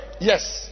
Yes